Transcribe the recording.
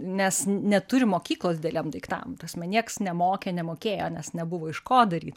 nes neturi mokyklos dideliem daiktam ta prasme nieks nemokė nemokėjo nes nebuvo iš ko daryt